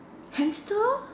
hamster